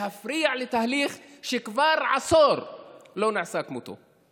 להפריע לתהליך שכבר עשור לא נעשה כמותו,